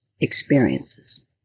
experiences